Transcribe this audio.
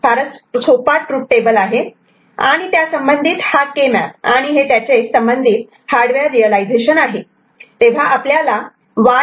फारच सोपा truth table आहे आणि त्यासंबंधित हा के मॅप आणि हे त्याचे संबंधित हार्डवेअर रियलायझेशन आहे आपल्याला हे Y A'